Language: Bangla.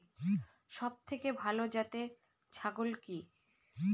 সবথেকে ভালো জাতের ছাগল কি?